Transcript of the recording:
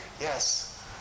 yes